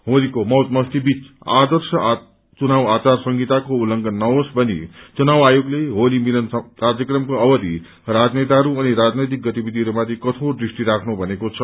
होलीको मौज मस्तीबीच आर्दश चुनाव आचार संहिताको उल्लंघन नहोस भनी चुनाव आयोगले होली मिलन कार्यक्रमको अवधि राजनेताहरू अनि राजनैतिक गतिविधिहरूमाथि कठोर दृष्टि राख्नु भनेको छ